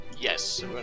yes